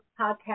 podcast